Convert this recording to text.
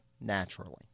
naturally